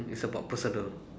it's about personal